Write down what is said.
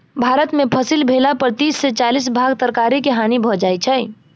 भारत में फसिल भेला पर तीस से चालीस भाग तरकारी के हानि भ जाइ छै